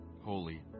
holy